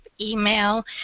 email